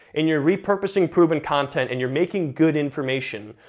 and you're repurposing proven content, and you're making good information,